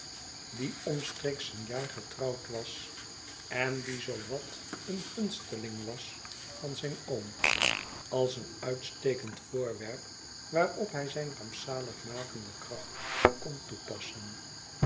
die omstreeks een jaar getrouwd was en die zoo wateengunsteling was van zijn oom als een uitstekend voorwerp waarop hij zijn rampzaligmakende kracht kon toepassen